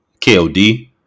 KOD